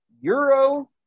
Euro